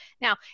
Now